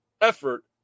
effort